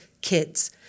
kids